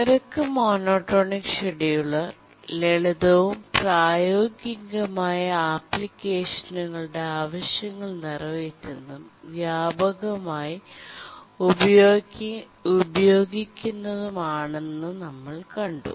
നിരക്ക് monotonic scheduler ലളിതവും പ്രായോഗിക ആപ്ലിക്കേഷനുകളുടെ ആവശ്യങ്ങൾ നിറവേറ്റുന്നതും വ്യാപകമായി ഉപയോഗിക്കുന്നതുമാണെന്ന് കണ്ടു